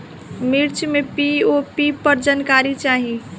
मिर्च मे पी.ओ.पी पर जानकारी चाही?